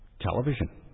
television